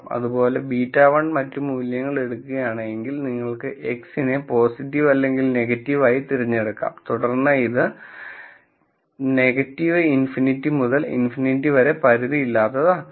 അതുപോലെ β1 മറ്റ് മൂല്യങ്ങൾ എടുക്കുകയാണെങ്കിൽ നിങ്ങൾക്ക് X നെ പോസിറ്റീവ് അല്ലെങ്കിൽ നെഗറ്റീവ് ആയി തിരഞ്ഞെടുക്കാം തുടർന്ന് ഇത് ∞ മുതൽ ∞ വരെ പരിധിയില്ലാത്തതാക്കുക